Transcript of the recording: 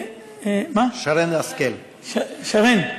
שרֵן, שרֵן.